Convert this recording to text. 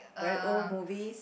very old movies